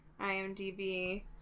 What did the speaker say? IMDb